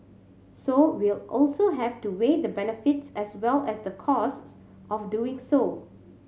so we'll also have to weigh the benefits as well as the costs of doing so